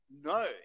No